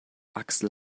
axel